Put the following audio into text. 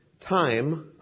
time